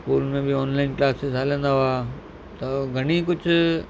school में बि online classes हलंदा हुआ त घणेई कुझु